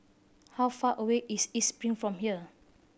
how far away is East Spring from here